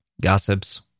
gossips